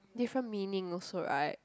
different meaning also right